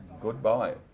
Goodbye